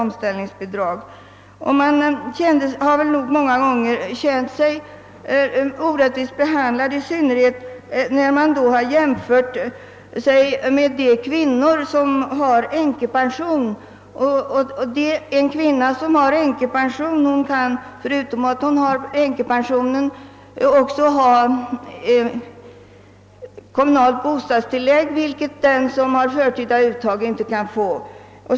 Många har känt sig orättvist behandlade, i synnerhet de som jämfört sig med kvinnor som har änkepension. En kvinna som har änkepension kan utöver änkepensionen få kommunalt bostadstillägg, vilket den som gjort förtida uttag inte kan få.